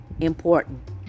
important